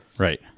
Right